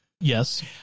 Yes